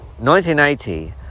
1980